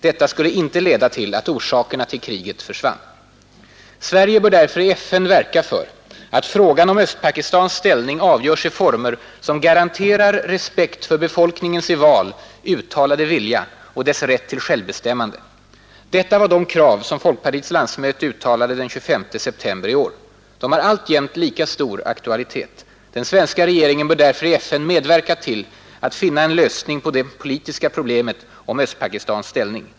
Detta skulle inte leda till att orsakerna till kriget försvann. Sverige bör därför i FN verka för att frågan om Östpakistans ställning avgörs i former som garanterar respekt för befolkningens i val uttalade vilja och dess rätt till självbestämmande. Detta var de krav som folkpartiets landsmöte uttalade den 25 september i år. De har alltjämt lika stor aktualitet. Den svenska regeringen bör därför i FN medverka till att finna en lösning på det politiska problemet om Östpakistans ställning.